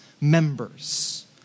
members